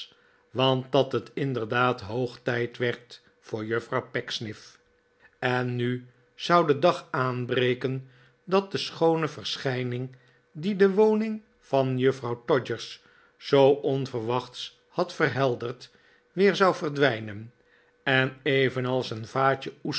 want dat het inderdaad hoog tijd werd voor juffrouw pecksniff en nu zou de dag aanbreken dat de schoone verschijning die de woning van juffrouw todgers zoo onverwachts had verhelderd weer zou verdwijnen en evenals een vaatje